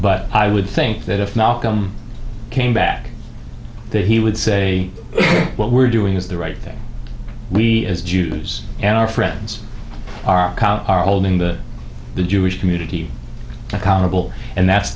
but i would think that if malcolm came back that he would say what we're doing is the right thing we as jews and our friends are holding the the jewish community accountable and that's